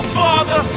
father